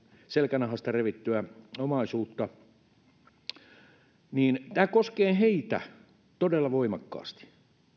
selkänahasta revittyä omaisuutta tämä koskee todella voimakkaasti